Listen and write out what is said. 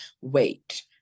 Wait